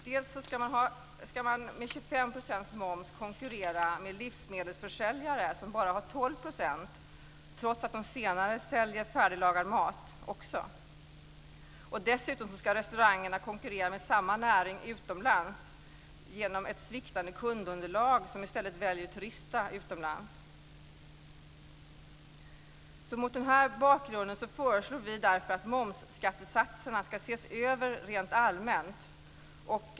Dels ska man med 25 % moms konkurrera med livsmedelsförsäljare som bara har 12 % moms, trots att också de säljer färdiglagad mat, dels ska man konkurrera med samma näring utomlands genom ett sviktande kundunderlag som i stället väljer att turista utomlands. Mot den bakgrunden föreslår vi att momsskattesatserna ska ses över rent allmänt.